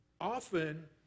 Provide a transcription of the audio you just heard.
Often